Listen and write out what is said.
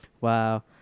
Wow